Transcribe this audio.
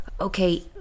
Okay